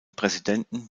präsidenten